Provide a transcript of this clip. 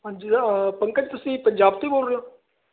ਹਾਂਜੀ ਪੰਕਜ ਤੁਸੀਂ ਪੰਜਾਬ ਤੇ ਬੋਲ ਰਹੇ ਹੋ